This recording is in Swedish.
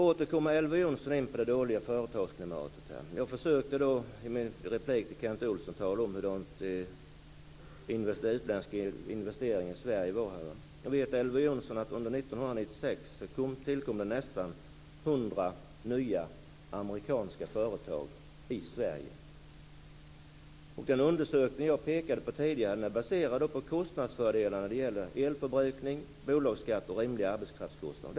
Elver Jonsson kommer åter in på det dåliga företagsklimatet. Jag försökte i min replik till Kent Olsson tala om hur det är med utländska investeringar i Sverige. Elver Jonsson vet att det under 1996 tillkom nästan 100 nya amerikanska företag i Sverige. Den undersökning jag pekade på tidigare är baserad på kostnadsfördelar när det gäller elförbrukning, bolagsskatt och rimliga arbetskraftskostnader.